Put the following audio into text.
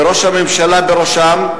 וראש הממשלה בראשם,